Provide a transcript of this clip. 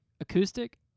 acoustic